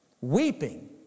Weeping